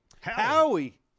Howie